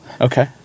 Okay